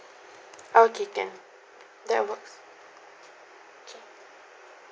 okay can that works okay